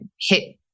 hit